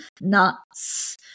nuts